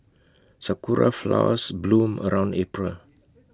Sakura Flowers bloom around April